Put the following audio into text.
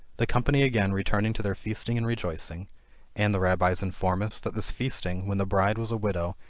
the company again returned to their feasting and rejoicing and the rabbies inform us, that this feasting, when the bride, was a widow,